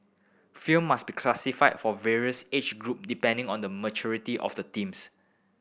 film must be classified for various age group depending on the maturity of the themes